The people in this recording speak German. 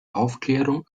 aufklärung